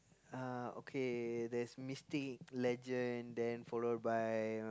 uh okay there's Mystic Legend then followed by